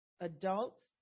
adults